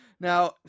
Now